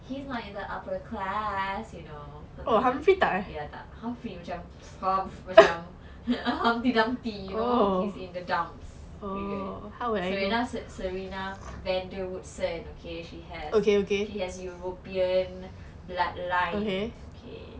he's like in the upper class you know cause ya tak humphrey macam humpty dumpty you know he's in the dumps period serena serena van der would said okay she has she has european blood line okay